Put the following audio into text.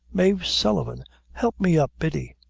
mave sullivan help me up, biddy.